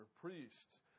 priests